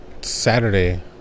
Saturday